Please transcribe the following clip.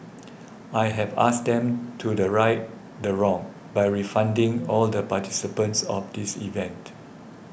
I have asked them to the right the wrong by refunding all the participants of this event